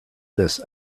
this